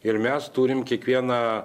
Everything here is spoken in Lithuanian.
ir mes turim kiekvieną